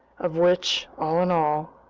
of which, all in all,